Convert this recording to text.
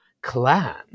Clan